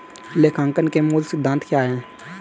लेखांकन के मूल सिद्धांत क्या हैं?